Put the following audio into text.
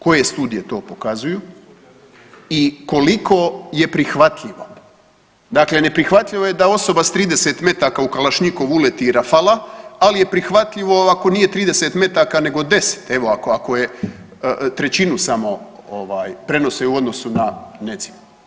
Koje studije to pokazuju i koliko je prihvatljivo, dakle neprihvatljivo je da osoba sa 30 metaka u kalašnjikovu uleti i rafala, ali je prihvatljivo ako nije 30 metaka nego 10 evo ako je trećinu samo prenose u odnosu na necijepljene.